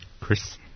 Chris